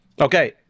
Okay